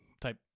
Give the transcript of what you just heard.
type